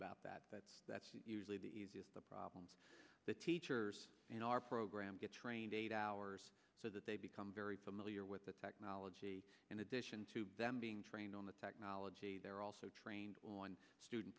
about that but that's usually the easiest the problems the teachers in our program get trained eight hours so that they become very familiar with the technology in addition to them being trained on the technology they're also trained on student